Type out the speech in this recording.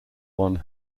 one